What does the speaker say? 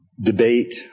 debate